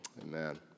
Amen